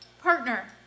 Partner